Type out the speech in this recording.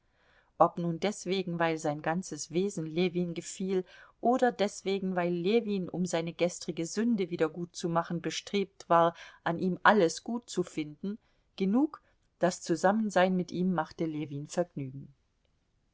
ob nun deswegen weil sein ganzes wesen ljewin gefiel oder deswegen weil ljewin um seine gestrige sünde wiedergutzumachen bestrebt war an ihm alles gut zu finden genug das zusammensein mit ihm machte ljewin vergnügen